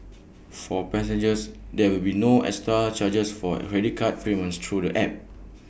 for passengers there will be no extra charges for credit card payments through the app